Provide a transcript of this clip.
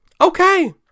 okay